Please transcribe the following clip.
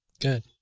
Good